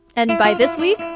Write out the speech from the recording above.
and by this week,